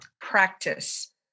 practice